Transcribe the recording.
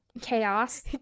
chaos